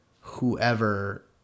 whoever